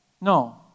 No